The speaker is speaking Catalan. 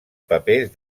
papers